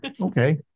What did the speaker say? Okay